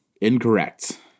Incorrect